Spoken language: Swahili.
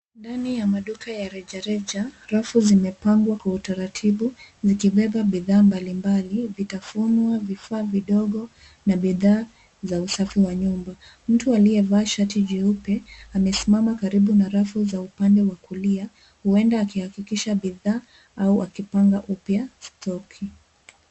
Ndani ya maduka ya rejareja rafu zimepangwa kwa utaratibu zikibeba bidhaa mbalimbali, vitafunio, vifaa vidogo na bidhaa za usafi wa nyumba. Mtu aliyevaa shati jeupe, amesimama karibu na rafu za upande wa kulia huenda akihakikisha bidhaa au akipanga upya stock .